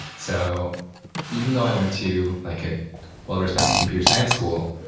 so even though i went to like a well-respected computer science school,